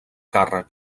càrrec